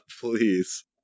Please